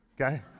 okay